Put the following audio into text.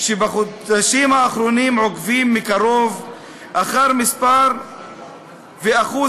שבחודשים האחרונים עוקבים מקרוב אחר מספר ואחוז